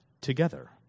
together